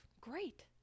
great